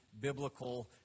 biblical